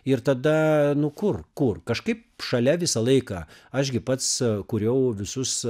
ir tada nu kur kur kažkaip šalia visą laiką aš gi pats kūriau visus